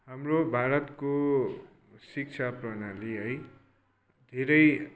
हाम्रो भारतको शिक्षा प्रणाली है धेरै